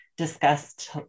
discussed